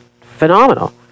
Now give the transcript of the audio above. phenomenal